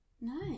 No